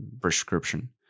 prescription